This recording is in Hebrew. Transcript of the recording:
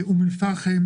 אום אל-פחם,